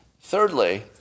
Thirdly